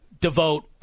devote